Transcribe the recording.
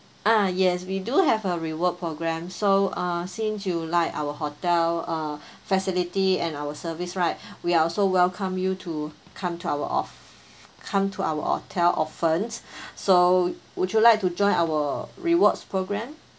ah yes we do have a reward programme so uh since you like our hotel uh facility and our service right we are also welcome you to come to our of~ come to our hotel often so would you like to join our rewards programme